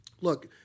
Look